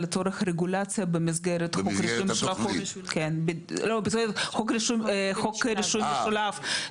זה לצורך רגולציה במסגרת חוק רישום משולב,